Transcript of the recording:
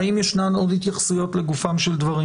האם ישנן עוד התייחסויות לעניין